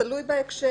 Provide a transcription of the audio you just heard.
זה תלוי בהקשר.